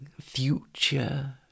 future